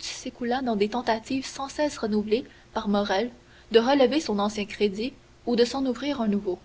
s'écoula dans des tentatives sans cesse renouvelées par morrel de relever son ancien crédit ou de s'en ouvrir un nouveau